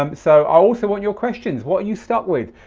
um so i also want your questions. what are you stuck with?